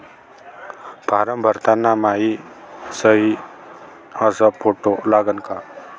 Form भरताना मायी सयी अस फोटो लागन का?